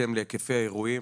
בהתאם להיקפי האירועים,